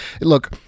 Look